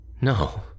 No